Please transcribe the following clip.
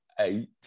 eight